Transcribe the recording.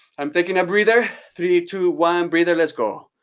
i'm taking a breather. three, two one, breather, let's go.